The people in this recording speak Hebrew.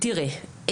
תראה,